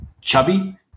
chubby